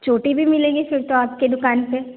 चोटी भी मिलेगी फिर तो आपके दुकान पर